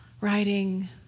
writing